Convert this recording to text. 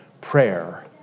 prayer